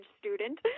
student